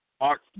Art